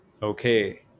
Okay